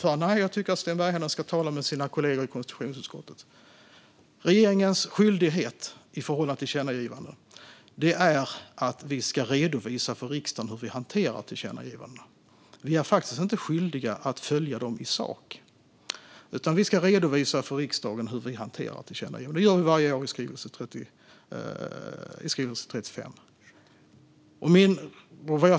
Där tycker jag att Sten Bergheden ska tala med sina kollegor i konstitutionsutskottet. Regeringens skyldighet i förhållande till tillkännagivanden är att redovisa för riksdagen hur man hanterar dem. Regeringen är faktiskt inte skyldig att följa dem i sak, utan vi ska redovisa för riksdagen hur vi hanterar tillkännagivandena. Det gör vi varje år i skrivelse 35.